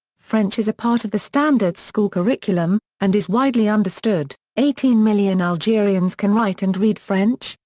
french is a part of the standard school curriculum, and is widely understood eighteen million algerians can write and read french,